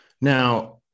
Now